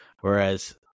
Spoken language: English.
whereas